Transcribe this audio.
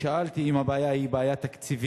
שאלתי אם הבעיה היא תקציבית,